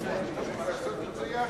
זה יחד.